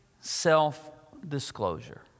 self-disclosure